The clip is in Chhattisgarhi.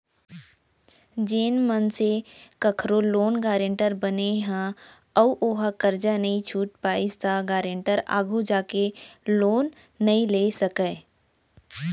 जेन मनसे कखरो लोन गारेंटर बने ह अउ ओहा करजा नइ छूट पाइस त गारेंटर आघु जाके लोन नइ ले सकय